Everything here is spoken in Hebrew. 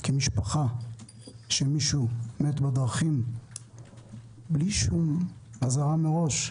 כי משפחה שבה מישהו מת בדרכים בלי שום אזהרה מראש,